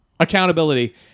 Accountability